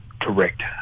correct